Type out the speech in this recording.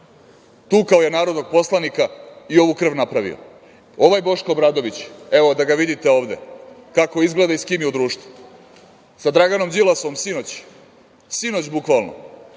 Tukao je narodnog poslanika i ovu krv napravio. Ovaj Boško Obradović, evo da ga vidite ovde, kako izgleda i sa kim je u društvu, sa Draganom Đilasom sinoć, sinoć bukvalno